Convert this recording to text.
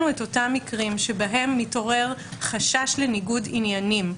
החיסיון עקב ניגוד עניינים,